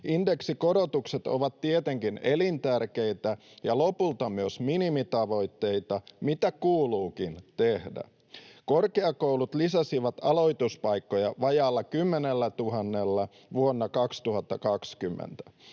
Indeksikorotukset ovat tietenkin elintärkeitä ja lopulta myös minimitavoitteita, mitä kuuluukin tehdä. Korkeakoulut lisäsivät aloituspaikkoja vajaalla 10 000:lla vuonna 2020.